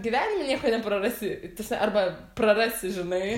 gyvenime nieko neprarasi arba prarasi žinai